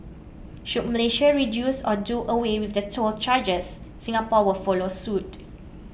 should Malaysia reduce or do away with the toll charges Singapore will follow suit